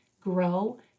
grow